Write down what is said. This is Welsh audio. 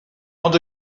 ond